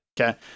Okay